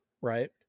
right